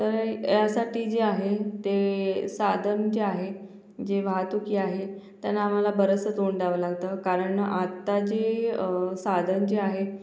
तर यासाठी जे आहे ते साधन जे आहे जे वाहतूक ही आहे त्यांना आम्हाला बरचसं तोंड द्यावं लागतं कारण आत्ता जी साधन जे आहे